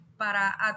para